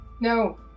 No